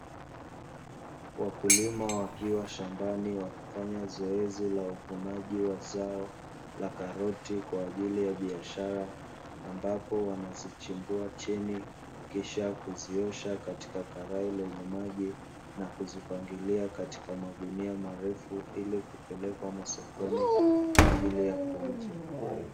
Wakulima wakiwa shambani wakifanya zoezi la uvunaji wa zao la karoti kwa ajili ya biashara, ambapo wanazichimbua chini kisha kuziosha katika karai lenye maji na kuzipangilia katika magunia marefu, ili kupelekwa masokoni kwa ajili ya kuuzwa.